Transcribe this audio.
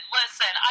listen